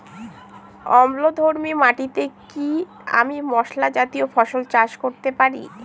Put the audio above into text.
অম্লধর্মী মাটিতে কি আমি মশলা জাতীয় ফসল চাষ করতে পারি?